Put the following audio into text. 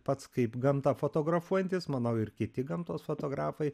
pats kaip gamtą fotografuojantis manau ir kiti gamtos fotografai